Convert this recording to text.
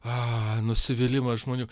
a nusivylimas žmonių